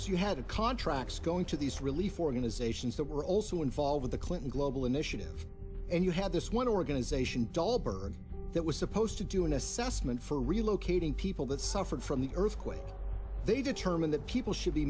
you had contracts going to these relief organizations that were also involved in the clinton global initiative and you had this one organization dahlberg that was supposed to do an assessment for relocating people that suffered from the earthquake they determine that people should be